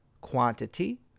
quantity